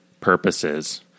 purposes